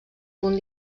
punt